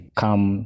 come